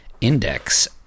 index